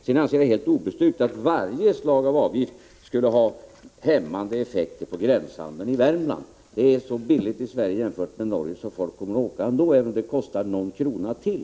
Sedan anser jag det helt obestyrkt att varje slag av avgift skulle ha hämmande effekter på gränshandeln i Värmland. Det är så billigt att handla i Sverige jämfört med att handla i Norge, att folk kommer att åka hit även om det kostar någon krona till.